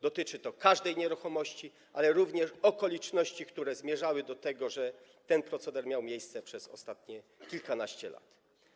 Dotyczy to każdej nieruchomości, ale również okoliczności, które zmierzały do tego, że ten proceder miał miejsce przez ostatnich kilkanaście lat.